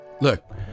look